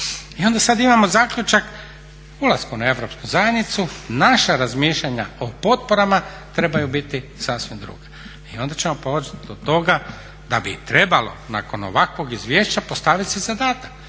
I onda sad imamo zaključak, ulaskom u europsku zajednicu naša razmišljanja o potporama trebaju biti sasvim druga i onda ćemo poći od toga da bi trebalo nakon ovakvog izvješća postavit si zadatak.